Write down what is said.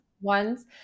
ones